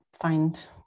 find